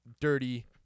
dirty